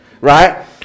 right